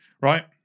Right